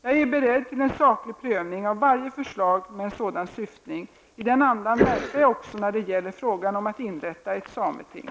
Jag är beredd till en saklig prövning av varje förslag med en sådan syftning. I den andan verkar jag också när det gäller frågan om att inrätta ett sameting.